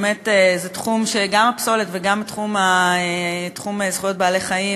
באמת גם הפסולת וגם תחום זכויות בעלי-החיים